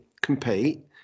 compete